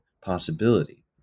possibility